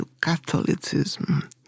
Catholicism